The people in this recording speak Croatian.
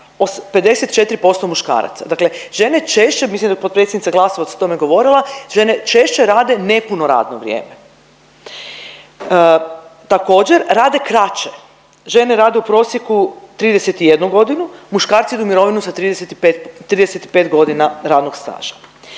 54% muškaraca, dakle žene češće, mislim da je potpredsjednica Glasovac o tome govorila, žene češće rade nepuno radno vrijeme. Također rade kraće, žene rade u prosjeku 31.g., muškarci idu u mirovinu sa 35, 35.g. radnog staža.